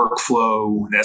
workflow